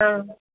हँ